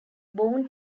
born